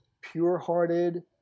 pure-hearted